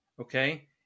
okay